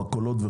למכולות,